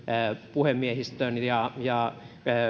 puhemiehistön ja ja